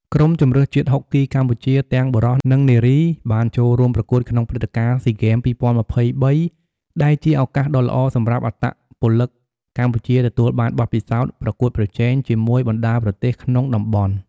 ក្រុមជម្រើសជាតិហុកគីកម្ពុជាទាំងបុរស និងនារី បានចូលរួមប្រកួតក្នុងព្រឹត្តិការណ៍ស៊ីហ្គេម ២០២៣ ដែលជាឱកាសដ៏ល្អសម្រាប់អត្តពលិកកម្ពុជាទទួលបានបទពិសោធន៍ប្រកួតប្រជែងជាមួយបណ្ដាប្រទេសក្នុងតំបន់។